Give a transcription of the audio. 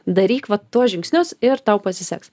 daryk va tuos žingsnius ir tau pasiseks